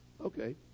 okay